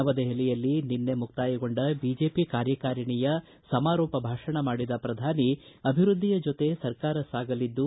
ನವ ದೆಹಲಿಯಲ್ಲಿ ನಿನ್ನೆ ಮುಕ್ತಾಯಗೊಂಡ ಬಿಜೆಪಿ ಕಾರ್ಯಕಾರಿಣಿಯ ಸಮಾರೋಪ ಭಾಷಣ ಮಾಡಿದ ಪ್ರಧಾನಿ ಅಭಿವೃದ್ಧಿಯ ಜೊತೆ ಸರ್ಕಾರ ಸಾಗಲಿದ್ದು